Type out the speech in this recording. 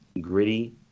gritty